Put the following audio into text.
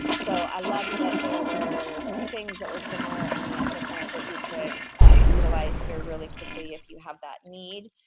so i loved that there were two things that were similar and yet different that you could utilize here really quickly if you have that need,